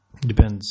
depends